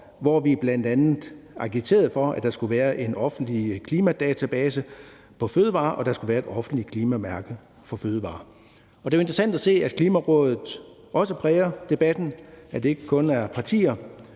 hvor vi bl.a. agiterede for, at der skulle være en offentlig klimadatabase for fødevarer, og at der skulle være et offentligt klimamærke for fødevarer. Det er jo interessant at se, at Klimarådet også præger debatten, at det ikke kun er partier,